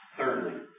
Thirdly